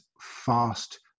fast